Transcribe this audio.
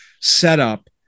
setup